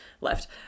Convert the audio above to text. left